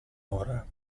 ora